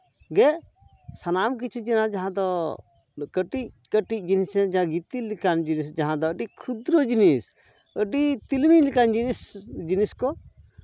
ᱜᱮ ᱥᱟᱱᱟᱢ ᱠᱤᱪᱷᱩ ᱡᱮᱱᱚ ᱡᱟᱦᱟᱸ ᱫᱚ ᱠᱟᱹᱴᱤᱡ ᱠᱟᱹᱴᱤᱡ ᱡᱤᱱᱤᱥ ᱡᱟᱦᱟᱸ ᱜᱤᱛᱤᱞ ᱞᱮᱠᱟᱱ ᱡᱤᱱᱤᱥ ᱡᱟᱦᱟᱸ ᱫᱚ ᱟᱹᱰᱤ ᱠᱷᱩᱫᱨᱚ ᱡᱤᱱᱤᱥ ᱟᱹᱰᱤ ᱛᱤᱞᱢᱤᱧ ᱞᱮᱠᱟᱱ ᱡᱤᱱᱤᱥ ᱡᱤᱱᱤᱥ ᱠᱚ